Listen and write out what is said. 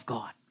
God